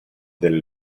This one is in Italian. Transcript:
delle